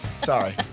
Sorry